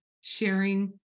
sharing